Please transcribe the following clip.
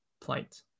plight